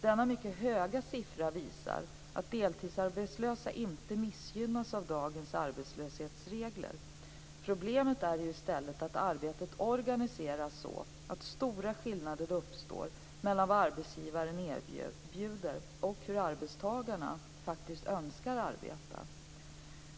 Denna höga siffra visar att deltidsarbetslösa inte missgynnas av dagens arbetslöshetsregler. Problemet är i stället att arbetet organiseras så att stora skillnader uppstår mellan vad arbetsgivarna erbjuder och hur arbetstagarna faktiskt önskar arbeta.